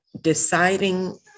deciding